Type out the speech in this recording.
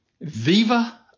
Viva